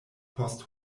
post